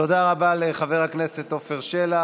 תודה רבה לחבר הכנסת עפר שלח.